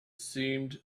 seemed